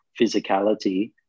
physicality